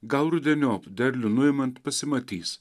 gal rudeniop derlių nuimant pasimatys